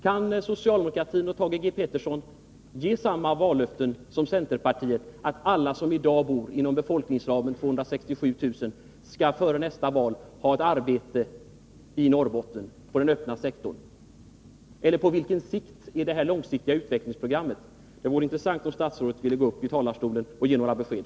Kan socialdemokraterna och Thage G. Peterson ge samma vallöften som centerpartisterna, att alla i Norrbotten, inom befolkningsramen 267 000, före nästa val skall ha ett arbete i den öppna sektorn? Hur långsiktigt är detta utvecklingsprogram? Det vore intressant om ett statsråd ville gå upp i talarstolen och ge besked.